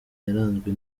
yaranzwe